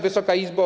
Wysoka Izbo!